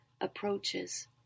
approaches